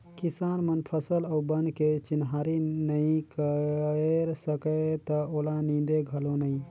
किसान मन फसल अउ बन के चिन्हारी नई कयर सकय त ओला नींदे घलो नई